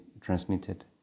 transmitted